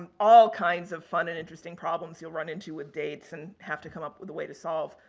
um all kinds of fun and interesting problems you'll run into with dates and have to come up with a way to solve.